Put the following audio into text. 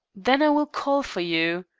then i will call for you.